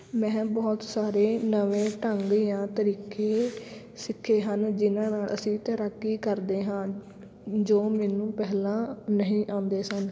ਮੈਂ ਬਹੁਤ ਸਾਰੇ ਨਵੇਂ ਢੰਗ ਜਾਂ ਤਰੀਕੇ ਸਿੱਖੇ ਹਨ ਜਿਨ੍ਹਾਂ ਨਾਲ਼ ਅਸੀਂ ਤੈਰਾਕੀ ਕਰਦੇ ਹਾਂ ਜੋ ਮੈਨੂੰ ਪਹਿਲਾਂ ਨਹੀਂ ਆਉਂਦੇ ਸਨ